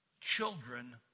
children